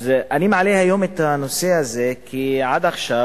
אז אני מעלה היום את הנושא הזה, כי עד עכשיו